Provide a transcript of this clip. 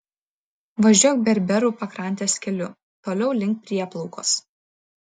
važiuok berberų pakrantės keliu toliau link prieplaukos